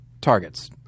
targets